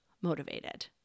motivated